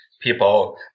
people